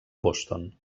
boston